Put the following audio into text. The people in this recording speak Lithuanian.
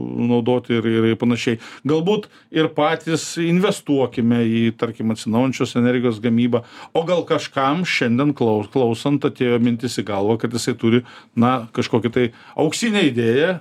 naudoti ir ir ir panašiai galbūt ir patys investuokime į tarkim atsinaujinančios energijos gamybą o gal kažkam šiandien klaus klausant atėjo mintis į galvą kad jisai turi na kažkokį tai auksinę idėją